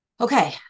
Okay